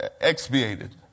expiated